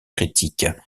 critiques